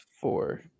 four